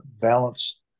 balance